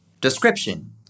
Description